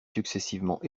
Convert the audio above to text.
successivement